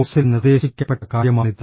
കോഴ്സിൽ നിർദ്ദേശിക്കപ്പെട്ട കാര്യമാണിത്